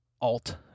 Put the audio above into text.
alt